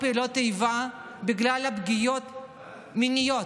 פעולות איבה בגלל פגיעות מיניות,